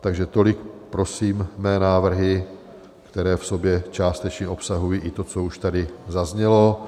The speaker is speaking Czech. Takže tolik prosím mé návrhy, které v sobě částečně obsahují i to, co už tady zaznělo.